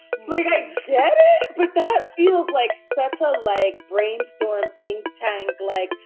like, i get it. but. that feels like such a like brainstorm think tank, like.